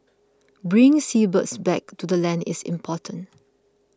bringing seabirds back to the land is important